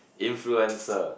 influencer